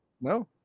no